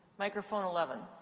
microphone eleven.